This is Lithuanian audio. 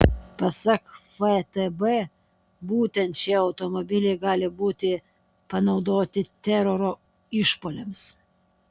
pasak ftb būtent šie automobiliai gali būti panaudoti teroro išpuoliams